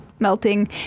melting